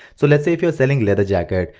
so let's say if you're selling leather jacket.